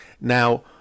Now